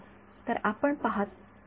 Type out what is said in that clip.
विद्यार्थी तर बाकीचे